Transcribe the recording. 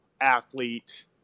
athlete